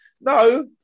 No